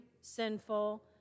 sinful